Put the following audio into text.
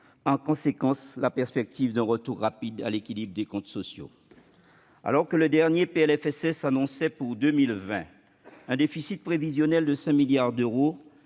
en conséquence la perspective d'un retour rapide à l'équilibre des comptes sociaux. Alors que le dernier PLFSS annonçait pour 2020 un déficit prévisionnel de 5,1 milliards d'euros,